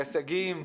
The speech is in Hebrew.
הישגים,